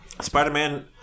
Spider-Man